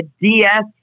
DS